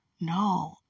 No